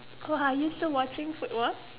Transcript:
so are you still watching football